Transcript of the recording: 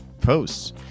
posts